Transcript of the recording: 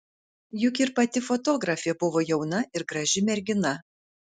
juk ir pati fotografė buvo jauna ir graži mergina